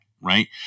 right